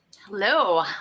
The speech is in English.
Hello